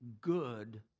good